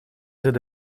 zit